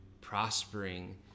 prospering